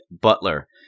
Butler